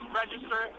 register